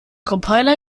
compiler